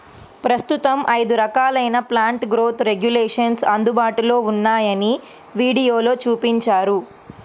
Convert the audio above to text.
ప్రస్తుతం ఐదు రకాలైన ప్లాంట్ గ్రోత్ రెగ్యులేషన్స్ అందుబాటులో ఉన్నాయని వీడియోలో చూపించారు